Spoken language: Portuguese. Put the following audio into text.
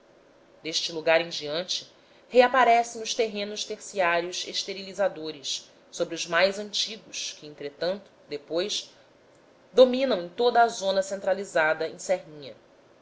deste lugar em diante reaparecem os terrenos terciários esterilizadores sobre os mais antigos que entretanto depois dominam em toda a zona centralizada em serrinha